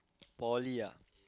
poly ah